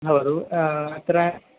भवतु अत्र